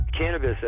cannabis